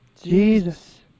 Jesus